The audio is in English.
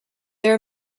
there